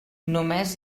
només